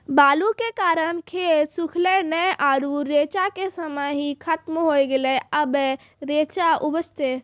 बालू के कारण खेत सुखले नेय आरु रेचा के समय ही खत्म होय गेलै, अबे रेचा उपजते?